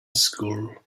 school